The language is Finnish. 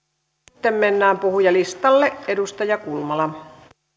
sitten mennään puhujalistalle edustaja kulmala